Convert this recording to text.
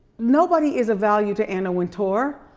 nobody is a value to anna wintour.